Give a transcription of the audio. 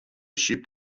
ship